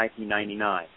1999